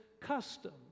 custom